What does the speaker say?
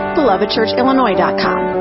belovedchurchillinois.com